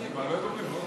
חברת הכנסת